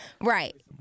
Right